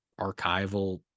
archival